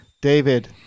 David